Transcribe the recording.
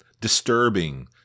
disturbing